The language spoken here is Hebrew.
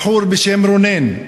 בחור בשם רונן.